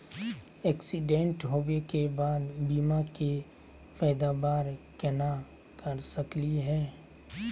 Accident होवे के बाद बीमा के पैदावार केना कर सकली हे?